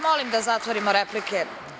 Molim vas da zatvorimo replike.